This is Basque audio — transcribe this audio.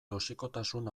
toxikotasun